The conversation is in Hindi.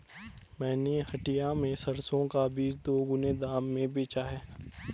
मैंने हटिया में सरसों का बीज दोगुने दाम में बेचा है